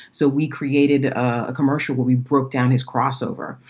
so we created a commercial where we broke down his crossover.